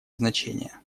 значение